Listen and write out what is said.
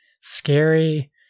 scary